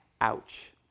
ouch